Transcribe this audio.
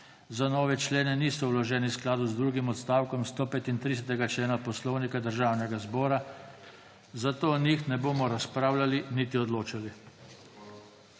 za nove člene niso vloženi v skladu z drugim odstavkom 135. člena Poslovnika Državnega zbora, zato o njih ne bomo razpravljali niti odločali